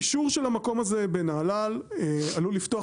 אישור של המקום הזה בנהלל עלול לפתוח